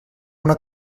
una